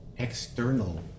external